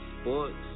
sports